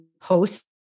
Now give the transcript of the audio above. post